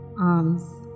arms